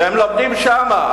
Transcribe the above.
והם לומדים שם.